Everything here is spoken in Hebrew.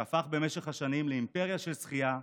שהפך במשך השנים לאימפריה של שחייה,